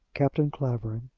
captain clavering,